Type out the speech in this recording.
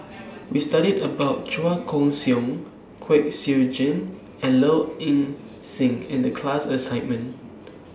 We studied about Chua Koon Siong Kwek Siew Jin and Low Ing Sing in The class assignment